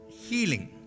healing